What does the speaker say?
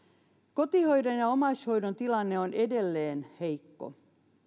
kotihoidon ja omaishoidon tilanne on edelleen heikko